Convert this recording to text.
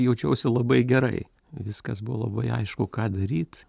jaučiausi labai gerai viskas buvo labai aišku ką daryt